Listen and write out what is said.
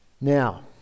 Now